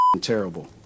terrible